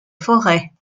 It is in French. forêts